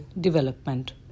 development